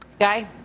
Guy